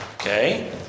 okay